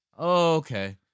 Okay